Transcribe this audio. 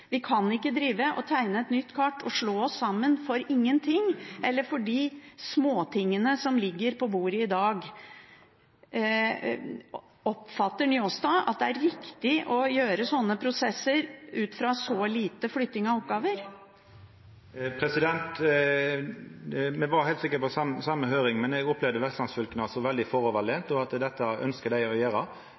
Vi kan ikke drive og tegne et nytt kart og slå oss sammen for ingenting, eller for de småtingene som ligger på bordet i dag. Oppfatter Njåstad at det er riktig å gjøre sånne prosesser ut fra så lite flytting av oppgaver? Me var heilt sikkert på same høyring, men eg opplevde vestlandsfylka som veldig framoverlente, og at dei ønskjer å gjera dette.